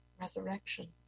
resurrection